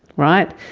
right?